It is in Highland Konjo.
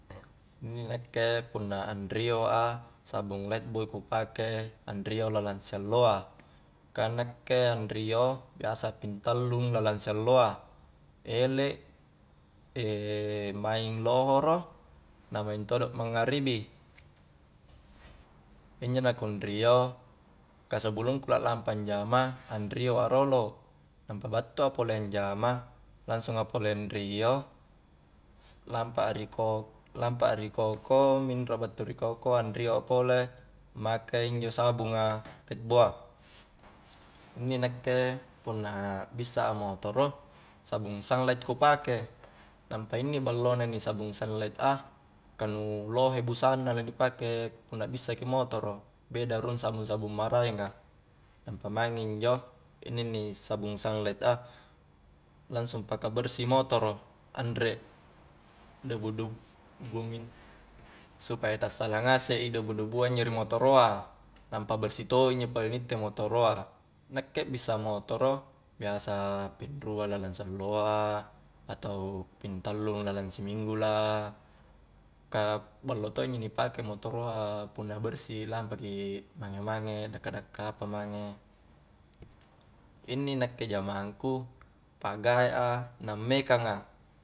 Inni nakke punna anrio a sabung lefboy ku pake anrio lalang si alloa ka nakke anrio biasa pin tallung lalang si alloa, elek, maing lohoro, na maing todo' mangngaribi injo na ku anrio ka sebelumku la lampa anjama anrio a rolo nampa battu a pole anjama langsunga pole anrio lampa a ri ko-lampa a ri koko minro a battu ri koko anrio a pole make injo sabunga lefboa inni nakke punna bissa a motoro sabung sanglait ku pake nampa inni ballo na inni sabung sanglait a ka nu lohe busanna la ni pake punna bissa ki motoro beda rung sabung-sabung maraengnga nampa maing injo, inni-inni sabung sanglait a langsung paka bersih motoro anre debu supaya tassala ngasek i debu-debua injo ri motoro a nampa bersih to i injo pole ni itte motoro a nakke bissa motoro biasa pinruang lalang si alloa atau pintallung lalang si minggu la, ka ballo to injo ni pake motoro a punna bersih lampaki mange-mange dakka-dakka apa mange inni nakke jamangku pagae a na ammekang a